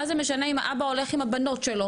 מה זה משנה אם האבא הולך עם הבנות שלו